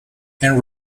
and